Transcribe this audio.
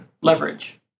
leverage